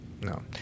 No